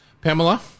Pamela